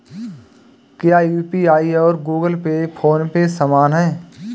क्या यू.पी.आई और Google Pay PhonePe समान हैं?